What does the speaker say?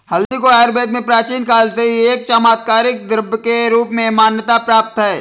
हल्दी को आयुर्वेद में प्राचीन काल से ही एक चमत्कारिक द्रव्य के रूप में मान्यता प्राप्त है